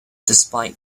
despite